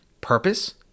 Purpose